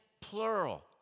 plural